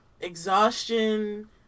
exhaustion